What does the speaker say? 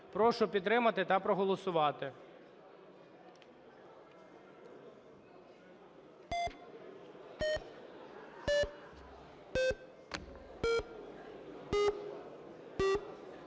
Прошу підтримати та проголосувати.